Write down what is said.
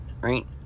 right